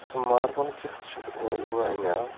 سُہ ماربَل کیُتھ چھُ او ییٚلہِ مےٚ اَنیو